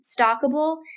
Stockable